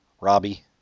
Robbie